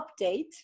update